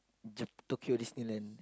the Tokyo Disneyland